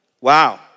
Wow